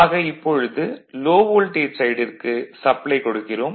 ஆக இப்பொழுது low voltage சைடிற்கு சப்ளை கொடுக்கிறோம்